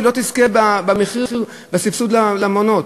היא לא תזכה בסבסוד למעונות.